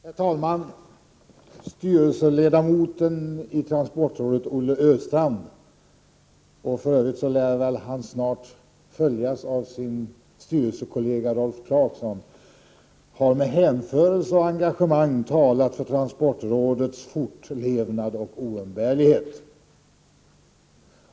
Herr talman! Styrelseledamoten i transportrådet Olle Östrand har med hänförelse och engagemang talat för transportrådets fortlevnad och oumbärlighet — han lär för övrigt snart följas av sin kollega i styrelsen, Rolf Clarkson.